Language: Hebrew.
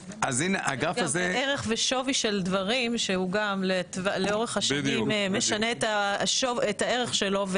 יש גם ערך ושווי של דברים שלאורך השנים משנה את הערך שלו,